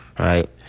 Right